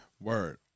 Word